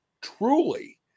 truly